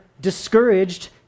discouraged